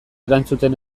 erantzuten